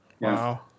Wow